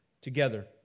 together